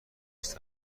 است